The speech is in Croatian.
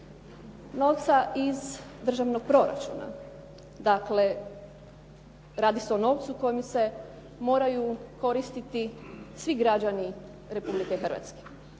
novca iz državnog proračuna. Dakle, radi se o novcu kojim se moraju koristiti svi građani Republike Hrvatske.